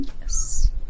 Yes